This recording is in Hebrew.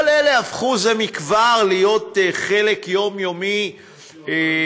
כל אלה הפכו זה כבר להיות חלק יומיומי מחיינו,